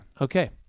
Okay